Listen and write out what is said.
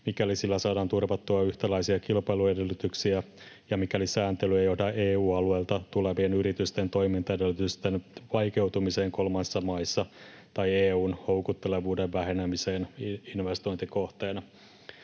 mikäli sillä saadaan turvattua yhtäläisiä kilpailuedellytyksiä ja mikäli sääntely ei johda EU-alueelta tulevien yritysten toimintaedellytysten vaikeutumiseen kolmansissa maissa tai EU:n houkuttelevuuden vähenemiseen investointikohteena.